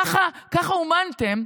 ככה אומנתם,